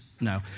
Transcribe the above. No